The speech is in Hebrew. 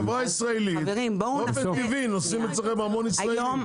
אתם חברה ישראלית ובאופן טבעי נוסעים אתכם המון ישראלים.